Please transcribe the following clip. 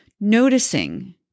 Noticing